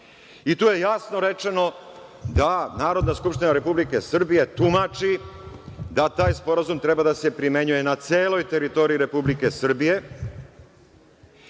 To je jasno rečeno, da Narodna skupština Republike Srbije da taj Sporazum treba da se primenjuje na celoj teritoriji Republike Srbije.